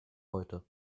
heute